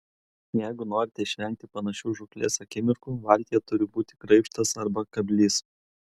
jeigu norite išvengti panašių žūklės akimirkų valtyje turi būti graibštas arba kablys